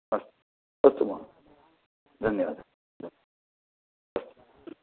अस्तु अस्तु महोदय धन्यवादः अस्तु